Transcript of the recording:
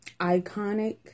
iconic